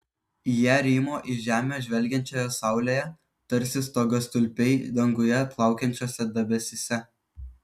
jie rymo į žemę žvelgiančioje saulėje tarsi stogastulpiai danguje plaukiančiuose debesyse